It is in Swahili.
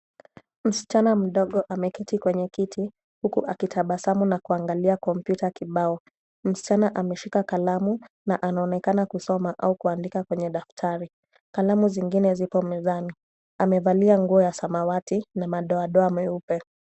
Msichana mdogo ameketi kwenye kiti huku akitabasamu na kuangalia kompyuta kibao. Msichana ameshika kalamu na anaoekana kusoma au kuandika kwenye daftari. Kalamu zingine ziko mezani. Amevalia nguo ya samawati na madoadoa meupe